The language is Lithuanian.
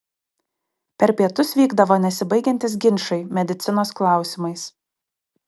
per pietus vykdavo nesibaigiantys ginčai medicinos klausimais